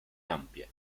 ampie